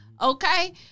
okay